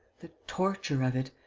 the torture of it!